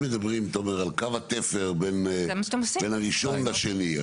הם מדברים, תומר, על קו התפר בין הראשון לשני.